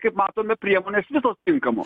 kaip matome priemonės visos tinkamos